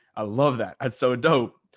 i love that. that's so dope.